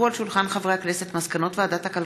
(תיקון, ביטול היטל על העסקת עובד זר בעל היתר),